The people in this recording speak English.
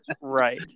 Right